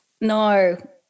no